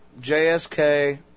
JSK